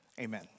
Amen